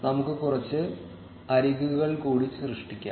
നമുക്ക് കുറച്ച് അരികുകൾ കൂടി സൃഷ്ടിക്കാം